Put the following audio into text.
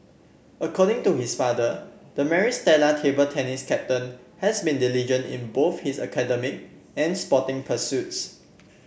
according to his father the Maris Stella table tennis captain has been diligent in both his academic and sporting pursuits